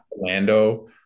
Orlando